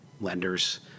lenders